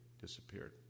disappeared